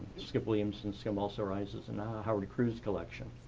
skip williamson, scum also rises and howard cruse collection.